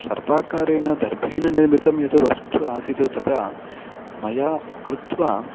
सर्पाकारेण दर्भेण निर्मितं यत् वस्तु आसीत् तथा मया कृत्वा